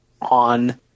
on